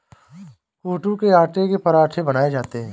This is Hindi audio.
कूटू के आटे से पराठे बनाये जाते है